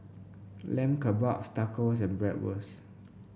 Lamb Kebabs Tacos and Bratwurst